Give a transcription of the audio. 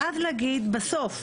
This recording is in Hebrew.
ואז להגיד בסוף,